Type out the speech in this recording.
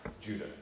Judah